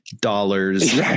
dollars